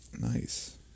Nice